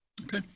Okay